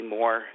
more